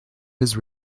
his